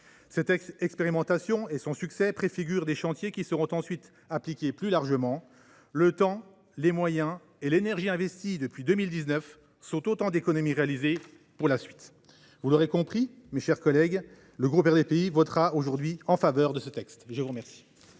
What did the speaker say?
Cette expérimentation et son succès préfigurent des chantiers qui seront ensuite appliqués plus largement. Le temps, les moyens et l’énergie investis depuis 2019 sont autant d’économies réalisées pour la suite. Vous l’aurez compris, le groupe RDPI votera ce texte. La parole